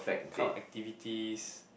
kind of activities